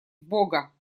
бога